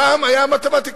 פעם היה מתמטיקאי,